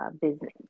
business